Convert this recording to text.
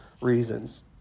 reasons